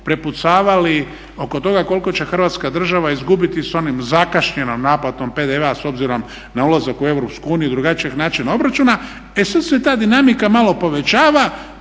prepucavali oko toga koliko će Hrvatska država izgubiti s onom zakašnjelom naplatom PDV-a s obzirom na ulazak u Europsku uniju i drugačijeg načina obračuna. E sad se ta dinamika malo povećava